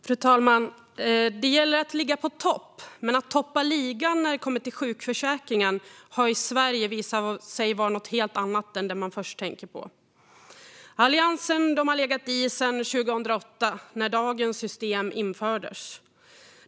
Fru talman! Det gäller att ligga på topp. Men att toppa ligan när det kommer till sjukförsäkringen har i Sverige visat sig vara något helt annat än det man först tänker på. Alliansen har legat i sedan 2008, då dagens system infördes.